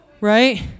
right